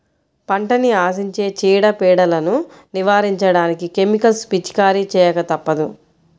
పంటని ఆశించే చీడ, పీడలను నివారించడానికి కెమికల్స్ పిచికారీ చేయక తప్పదు